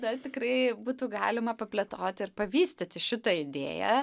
na tikrai būtų galima paplėtoti ir pavystyti šitą idėją